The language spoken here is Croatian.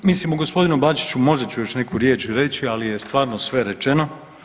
Mislim o gospodinu Bačiću možda ću još neku riječ reći, ali je stvarno sve rečeno.